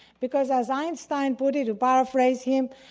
because as einstein put it, to paraphrase him,